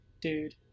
Dude